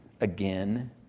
again